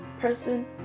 person